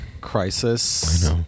crisis